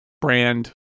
brand